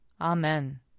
Amen